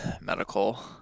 medical